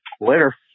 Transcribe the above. later